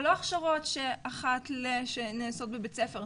אבל לא הכשרות שאחת ל- שנעשות בבית ספר,